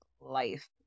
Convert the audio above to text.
life